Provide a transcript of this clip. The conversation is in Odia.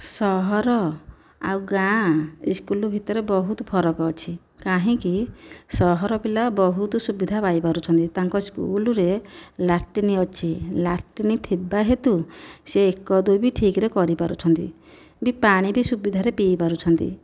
ସହର ଆଉ ଗାଁ ସ୍କୁଲ୍ ଭିତରେ ବହୁତ ଫରକ ଅଛି କାହିଁକି ସହର ପିଲା ବହୁତ ସୁବିଧା ପାଇପାରୁଛନ୍ତି ତାଙ୍କ ସ୍କୁଲରେ ଲାଟ୍ରିନ୍ ଅଛି ଲାଟ୍ରିନ୍ ଥିବା ହେତୁ ସେ ଏକ ଦୁଇ ବି ଠିକ୍ ରେ କରିପାରୁଛନ୍ତି ବି ପାଣି ବି ସୁବିଧାରେ ପିଇ ପାରୁଛନ୍ତି